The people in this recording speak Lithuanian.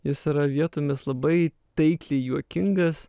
jis yra vietomis labai taikliai juokingas